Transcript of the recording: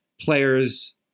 players